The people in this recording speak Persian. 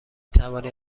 توانید